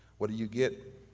what do you get?